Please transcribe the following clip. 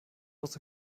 was